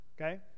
Okay